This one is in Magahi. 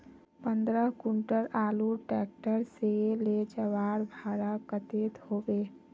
पंद्रह कुंटल आलूर ट्रैक्टर से ले जवार भाड़ा कतेक होबे?